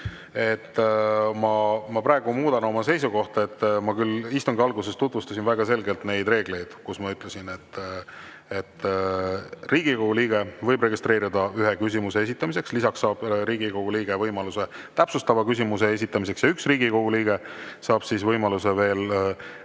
ma praegu muudan oma seisukohta. Ma küll istungi alguses tutvustasin väga selgelt neid reegleid, et Riigikogu liige võib registreeruda ühe küsimuse esitamiseks, lisaks saab Riigikogu liige võimaluse täpsustava küsimuse esitamiseks ja üks Riigikogu liige saab siis võimaluse veel